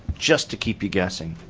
just to keep you guessing.